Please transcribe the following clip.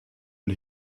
und